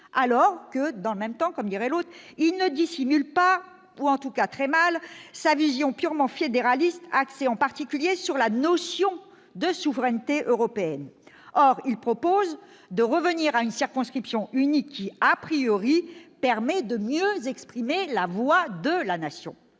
alors que, dans le même temps- comme dirait l'autre -, il ne dissimule pas, ou en tout cas masque très mal, sa vision purement fédéraliste axée en particulier sur la notion de souveraineté européenne. Il propose pourtant de revenir à une circonscription unique, qui,, permet de mieux exprimer la voix de la Nation.